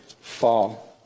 fall